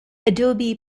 adobe